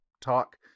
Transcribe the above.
talk